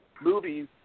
movies